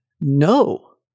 no